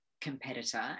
competitor